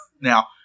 Now